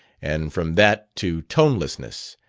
and from that to tonelessness,